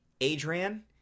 Adrian